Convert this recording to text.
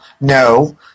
no